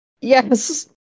Yes